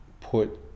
put